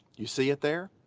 you see it there?